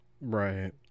Right